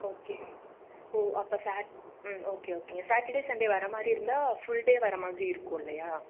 okay oh அப்போ Sat hmm okay okay Saturday Sunday வர்ற மாதிரி இருந்தால் ஃபுல் டே வர்ற மாதிரி இருக்கும் இல்லையா